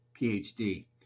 PhD